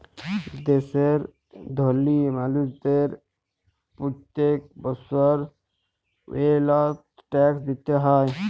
দ্যাশের ধলি মালুসদের প্যত্তেক বসর ওয়েলথ ট্যাক্স দিতে হ্যয়